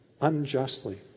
unjustly